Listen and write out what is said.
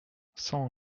cent